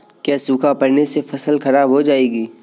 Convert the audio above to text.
क्या सूखा पड़ने से फसल खराब हो जाएगी?